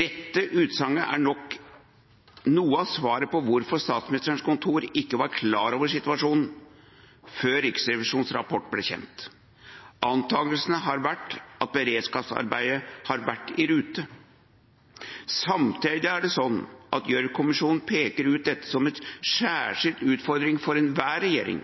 Dette utsagnet er nok noe av svaret på hvorfor Statsministerens kontor ikke var klar over situasjonen før Riksrevisjonens rapport ble kjent. Antagelsen har vært at beredskapsarbeidet har vært i rute. Samtidig er det slik at Gjørv-kommisjonen peker ut dette som en særskilt utfordring for enhver regjering: